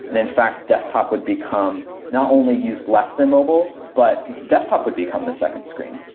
and in fact, desktop would become not only use less than mobile, but desktop would become the second screen.